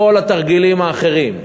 כל התרגילים האחרים,